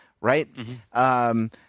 right